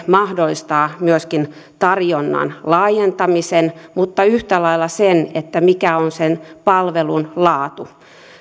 mahdollistaa myöskin tarjonnan laajentamisen mutta yhtä lailla sen että mikä on sen palvelun laatu